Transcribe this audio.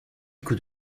coups